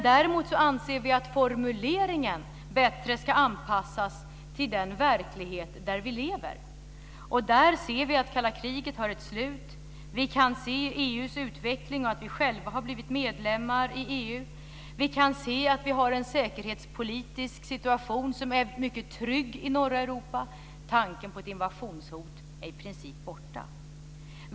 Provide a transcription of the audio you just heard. Däremot anser vi att formuleringen bättre ska anpassas till den verklighet som vi lever i. Vi ser att det kalla kriget har tagit slut. Vi kan se EU:s utveckling och att vi själva har blivit medlemmar i EU. Vi kan se att vi har en säkerhetspolitisk situation som är mycket trygg i norra Europa. Tanken på ett invasionshot är i princip borta.